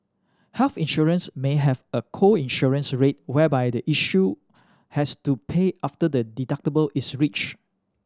health insurance may have a co insurance rate whereby the insured has to pay after the deductible is reached